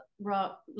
rock